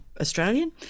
Australian